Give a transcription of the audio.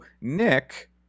nick